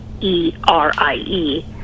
E-R-I-E